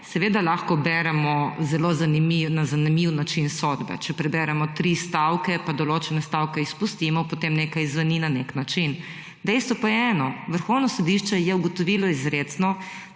seveda lahko beremo na zelo zanimiv način sodbe, če preberemo tri stavke pa določene stavke izpustimo, potem nekaj izzveni na neki način. Dejstvo pa je Vrhovno sodišče je ugotovilo izrecno,